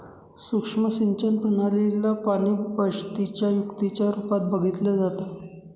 सुक्ष्म सिंचन प्रणाली ला पाणीबचतीच्या युक्तीच्या रूपात बघितलं जातं